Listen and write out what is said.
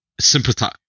sympathize